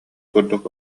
курдук